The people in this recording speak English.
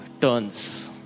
Turns